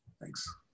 thanks